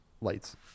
lights